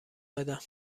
بدم